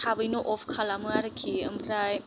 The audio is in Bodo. थाबैनो अफ खालामो आर्खि ओमफ्राय